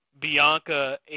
Bianca